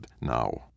now